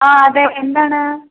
ആ അതെ എന്താണ്